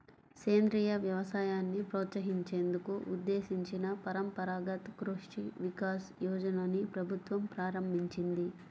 సేంద్రియ వ్యవసాయాన్ని ప్రోత్సహించేందుకు ఉద్దేశించిన పరంపరగత్ కృషి వికాస్ యోజనని ప్రభుత్వం ప్రారంభించింది